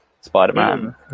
Spider-Man